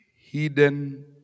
hidden